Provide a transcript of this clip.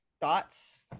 Thoughts